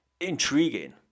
Intriguing